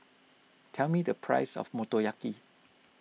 tell me the price of Motoyaki